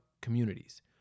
communities